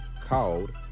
called